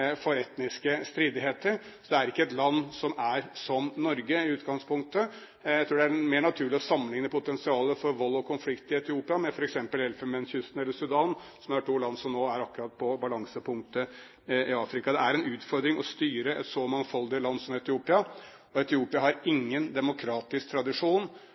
for etniske stridigheter, så det er ikke et land som er som Norge, i utgangspunktet. Jeg tror det er mer naturlig å sammenlikne potensialet for vold og konflikt i Etiopia med potensialet i f.eks. Elfenbenskysten eller Sudan, som er to land som akkurat nå er på balansepunktet i Afrika. Det er en utfordring å styre et så mangfoldig land som Etiopia. Etiopia har ikke noen demokratisk tradisjon.